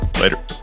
Later